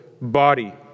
body